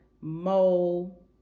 mole